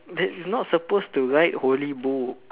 not supposed to write holy books